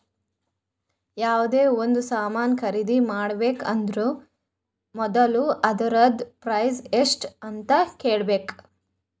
ಯಾವ್ದೇ ಒಂದ್ ಸಾಮಾನ್ ಖರ್ದಿ ಮಾಡ್ಬೇಕ ಅಂದುರ್ ಮೊದುಲ ಅದೂರ್ದು ಪ್ರೈಸ್ ಎಸ್ಟ್ ಅಂತ್ ಕೇಳಬೇಕ